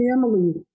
family